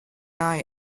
eye